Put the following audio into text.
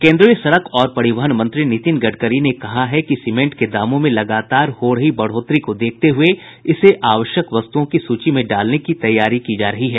केंद्रीय सड़क और परिवहन मंत्री नितिन गडकरी ने कहा है कि सीमेंट के दामों में लगातार हो रही बढ़ोतरी को देखते हुये इसे आवश्यक वस्तुओं की सूची में डालने की तैयारी की जा रही है